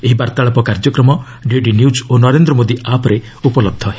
ଏହି ବାର୍ତ୍ତାଳାପ କାର୍ଯ୍ୟକ୍ରମ ଡିଡି ନ୍ୟୁକ୍ ଓ ନରେନ୍ଦ୍ର ମୋଦି ଆପ୍ରେ ଉପଲବ୍ଧ ହେବ